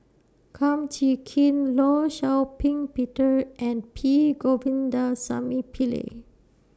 Kum Chee Kin law Shau Ping Peter and P Govindasamy Pillai